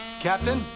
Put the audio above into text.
captain